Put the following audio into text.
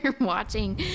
watching